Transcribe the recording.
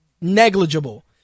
negligible